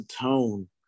tone